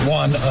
one